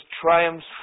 triumphs